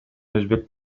өзбек